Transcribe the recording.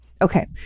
Okay